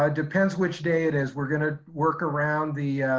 ah depends which day it is we're gonna work around the